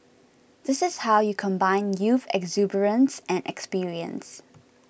this is how you combine youth exuberance and experience